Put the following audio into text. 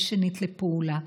ושנית לפעולה.